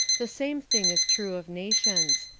the same thing is true of nations.